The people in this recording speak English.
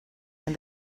and